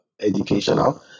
educational